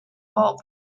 bulb